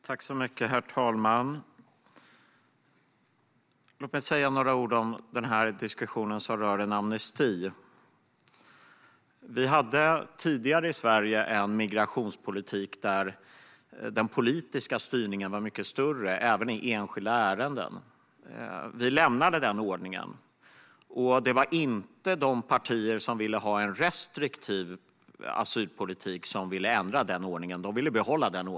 Herr talman! Låt mig säga några ord om diskussionen som rör en amnesti. Vi hade tidigare i Sverige en migrationspolitik där den politiska styrningen var mycket större även i enskilda ärenden. Vi lämnade den ordningen, och det var inte de partier som ville ha en restriktiv asylpolitik som ville ändra den ordningen, utan de ville behålla den.